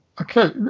Okay